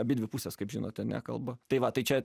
abidvi pusės kaip žinote nekalba tai va tai čia